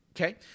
Okay